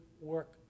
work